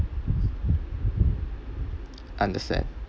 understand